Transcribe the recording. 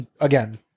again